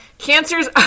Cancers